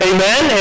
Amen